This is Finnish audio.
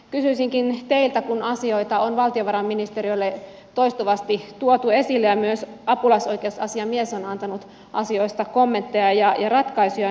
kysyisinkin teiltä kun asioita on valtiovarainministeriölle toistuvasti tuotu esille ja myös apulaisoikeusasiamies on antanut asioista kommentteja ja ratkaisuja